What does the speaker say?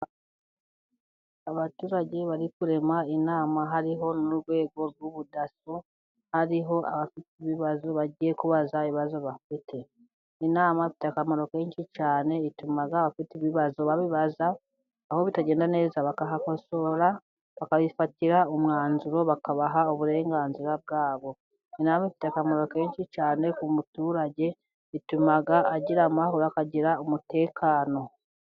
Abaturage bari kurema inama hariho n'urwego rw'ubudaso, hariho abafite ibibazo. Inama ibafitetiye akamaro kenshi cyane ituma abafite ibibazo babibaza, aho bitagenda neza bakahakosora bakayifatira umwanzuro bakabaha uburenganzira bwabo. Inama ifite akamaro kenshi cyane ku muturage bituma agira amahoro akagira umutekano.